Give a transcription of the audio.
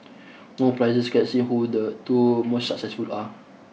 no prizes guessing who the two most successful are